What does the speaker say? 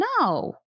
no